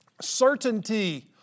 Certainty